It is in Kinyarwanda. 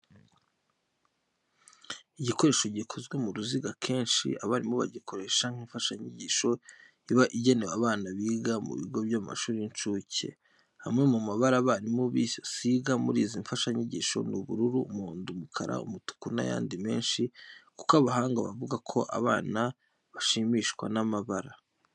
Igikoresho gikozwe mu ruziga akenshi abarimu bagikoresha nk'imfashanyigisho iba igenewe abana biga mu bigo by'amashuri y'incuke. Amwe mu mabara abarimu basiga muri izi mfashanyigisho ni ubururu, umuhondo, umukara, umutuku n'ayandi menshi kuko abahanga bavuga ko abana bashimishwa n'amabara.